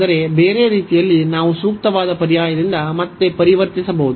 ಆದರೆ ಬೇರೆ ರೀತಿಯಲ್ಲಿ ನಾವು ಸೂಕ್ತವಾದ ಪರ್ಯಾಯದಿಂದ ಮತ್ತೆ ಪರಿವರ್ತಿಸಬಹುದು